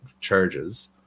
charges